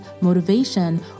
motivation